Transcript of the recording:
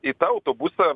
į tą autobusą